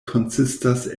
konsistas